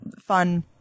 fun